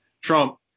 Trump